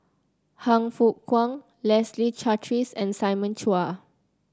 Han Fook Kwang Leslie Charteris and Simon Chua